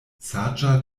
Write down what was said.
saĝa